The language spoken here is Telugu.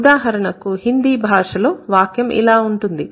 ఉదాహరణకు హిందీ భాషలో వాక్యం ఇలా ఉంటుంది